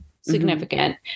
Significant